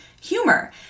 humor